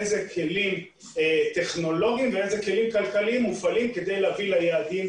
איזה כלים טכנולוגיים ואיזה כלים כלכליים מופעלים כדי להביא ליעדים,